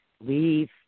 Leave